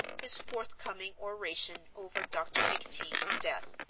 his forthcoming oration over dr. mcteague's death,